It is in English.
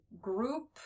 group